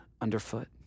underfoot